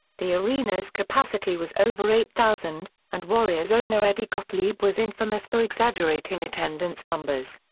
the arena's capacity was over eight thousand, and warriors owner eddie gottlieb was infamous for exaggerating attendance numbers.